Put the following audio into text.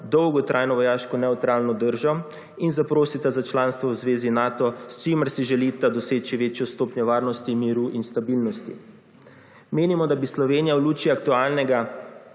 dolgotrajno vojaško nevtralno držo in zaprosita za članstvo v Zvezi Nato s čimer si želita doseči večjo stopnjo varnosti, miru in stabilnosti. Menimo, da bi Slovenija v luči aktualnega